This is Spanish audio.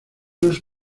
los